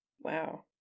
Wow